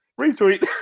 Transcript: retweet